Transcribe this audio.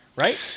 right